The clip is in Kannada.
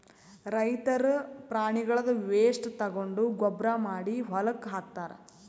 ರೈತರ್ ಪ್ರಾಣಿಗಳ್ದ್ ವೇಸ್ಟ್ ತಗೊಂಡ್ ಗೊಬ್ಬರ್ ಮಾಡಿ ಹೊಲಕ್ಕ್ ಹಾಕ್ತಾರ್